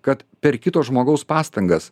kad per kito žmogaus pastangas